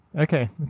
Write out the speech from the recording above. Okay